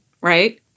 right